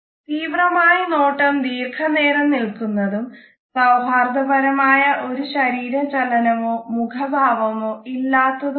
തീവ്രമായ നോട്ടം ദീർഘനേരം നിൽക്കുന്നതും സൌഹാർദ്ദപരമായ ഒരു ശരീരചലനമോ മുഖഭാവമോ ഇല്ലാത്തതുമാണ്